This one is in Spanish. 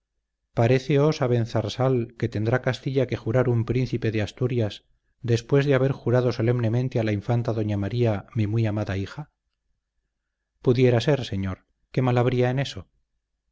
alumbramiento paréceos abenzarsal que tendrá castilla que jurar un príncipe de asturias después de haber jurado solemnemente a la infanta doña maría mi muy amada hija pudiera ser señor qué mal habría en eso